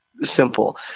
simple